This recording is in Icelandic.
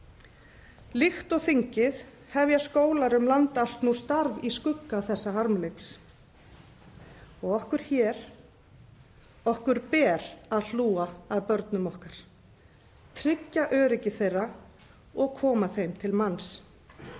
Líkt og þingið hefja skólar um land allt nú starf í skugga þessa harmleiks. Okkur hér — okkur ber að hlúa að börnum okkar, tryggja öryggi þeirra og koma þeim til manns.